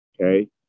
Okay